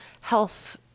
health